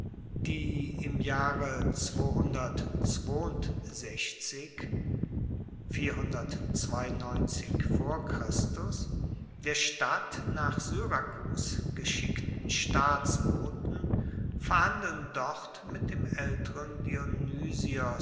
die im jahre der stadt nach syrakus geschickten staatsboten verhandeln dort mit dem aelteren